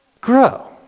grow